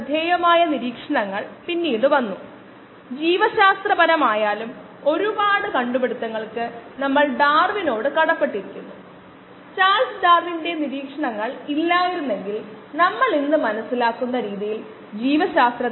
മുമ്പത്തെ പ്രഭാഷണം പ്രഭാഷണ നമ്പർ 2 നമ്മൾ വളരെ നന്നായി പൂർത്തിയാക്കിയപ്പോൾ ഇതായിരുന്നു ചോദ്യം അല്ലെങ്കിൽ നിയോഗിക്കപ്പെട്ട പ്രോബ്ലം